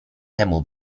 temu